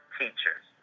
teachers